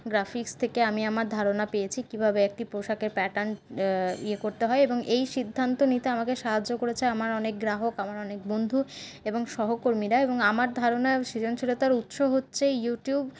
graphics থেকে আমি আমার ধারণা পেয়েছি কীভাবে একটি পোশাকের প্যাটার্ন ইয়ে করতে হয় এবং সিদ্ধান্ত নিতে আমাকে সাহায্য করেছে আমার অনেক গ্রাহক আমার অনেক বন্ধু এবং সহকর্মীরা এবং আমার ধারণা সৃজনশীলতার উৎস হচ্ছে ইউটিউব